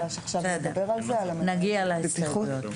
נגיע להסתייגויות.